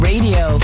Radio